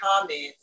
comments